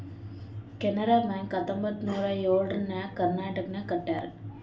Canara bank ಹತ್ತೊಂಬತ್ತ್ ನೂರಾ ಎಳುರ್ನಾಗ್ ಕರ್ನಾಟಕನಾಗ್ ಕಟ್ಯಾರ್